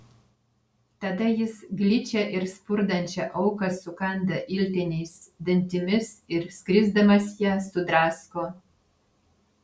tada jis gličią ir spurdančią auką sukanda iltiniais dantimis ir skrisdamas ją sudrasko